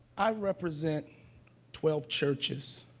i represent twelve churches